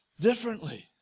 differently